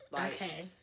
Okay